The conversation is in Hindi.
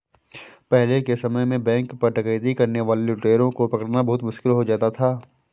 पहले के समय में बैंक पर डकैती करने वाले लुटेरों को पकड़ना बहुत मुश्किल हो जाता था